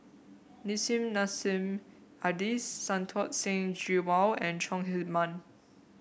Nissim Nassim Adis Santokh Singh Grewal and Chong Heman